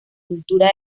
cultura